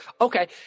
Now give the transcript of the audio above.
okay